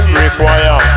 require